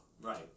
Right